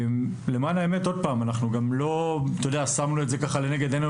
למען האמת אנחנו לא שמנו את זה לנגד עינינו